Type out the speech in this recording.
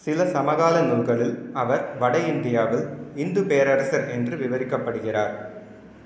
சில சமகால நூல்களில் அவர் வட இந்தியாவில் இந்து பேரரசர் என்று விவரிக்கப்படுகிறார்